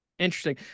Interesting